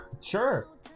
sure